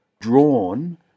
drawn